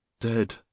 dead